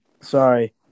sorry